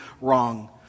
wrong